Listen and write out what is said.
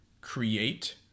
create